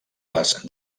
les